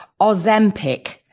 Ozempic